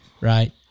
Right